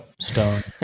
stone